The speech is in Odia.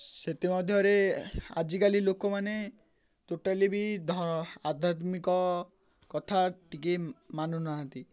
ସେଥିମଧ୍ୟରେ ଆଜିକାଲି ଲୋକମାନେ ଟୋଟାଲି ବି ଆଧ୍ୟାତ୍ମିକ କଥା ଟିକେ ମାନୁନାହାନ୍ତି